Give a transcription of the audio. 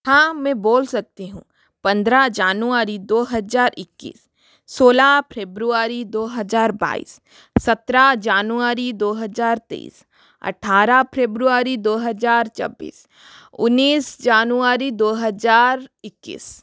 हाँ मैं बोल सकती हूँ पन्द्रह जनवरी दो हज़ार इक्कीस सोलह फेब्रुअरी दौ हज़ार बाईस सत्रह जनवरी दौ हज़ार तेईस अट्ठारह फेब्रुअरी दौ हज़ार छब्बीस उन्नीस जनवरी दौ हज़ार इक्कीस